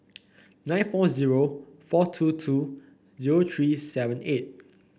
nine four zero four two two zero three seven eight